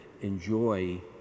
enjoy